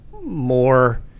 more